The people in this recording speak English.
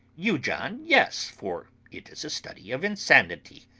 you, john, yes for it is a study of insanity.